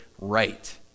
right